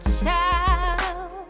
child